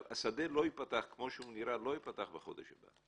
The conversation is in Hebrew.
השדה לא ייפתח כמו שהוא נראה הוא לא ייפתח בחודש הבא.